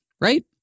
Right